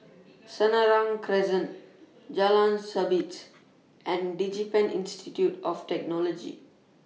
Senang Crescent Jalan Sabit and Digipen Institute of Technology